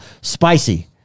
Spicy